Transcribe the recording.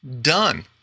Done